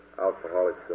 Alcoholics